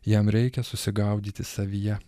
jam reikia susigaudyti savyje